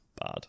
Bad